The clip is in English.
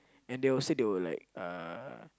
and they will say they will like uh